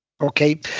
Okay